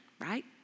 right